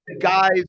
guys